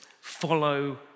follow